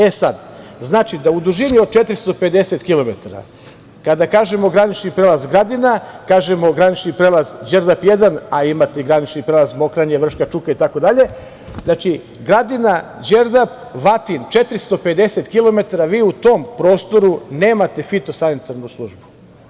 E sad, znači da u dužini od 450 kilometara, kada kažemo granični prelaz Gradina, kažemo granični prelaz Đerdap I, a imate i granični prelaz Mokranje-Vrška Čuka itd, znači, Gradina, Đerdap, Vatin, 450 kilometara, vi u tom prostoru nemate fitosanitarnu službu.